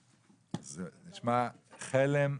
זה נשמע כלם,